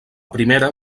primera